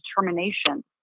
determination